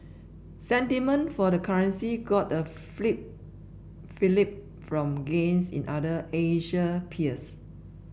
sentiment for the currency got a fillip fillip from gains in other Asian peers